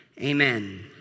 amen